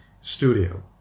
studio